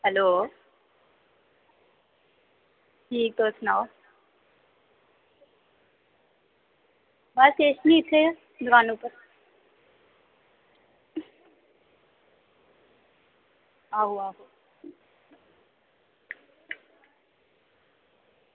hello जी तुस सनाओ बस किश निं इत्थै गै दकान पर आओ आओ